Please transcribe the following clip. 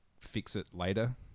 fix-it-later